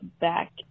back